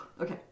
Okay